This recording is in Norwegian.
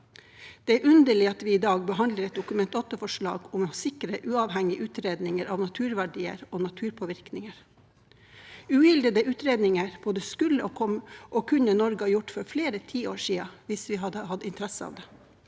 Det er underlig at vi i dag behandler et Dokument 8-forslag om å sikre uavhengige utredninger av naturverdier og naturpåvirkninger. Uhildede utredninger både skulle og kunne Norge ha gjort for flere tiår siden, hvis vi hadde hatt interesse av det.